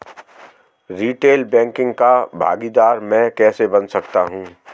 Retail banking का भागीदार मैं कैसे बन सकता हूँ?